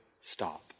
stop